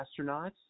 astronauts